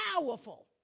powerful